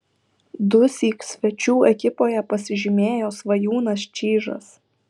dusyk svečių ekipoje pasižymėjo svajūnas čyžas